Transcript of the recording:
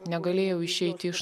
negalėjau išeiti iš